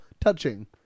touching